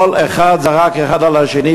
כל אחד זרק על השני,